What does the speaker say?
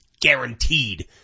Guaranteed